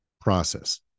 process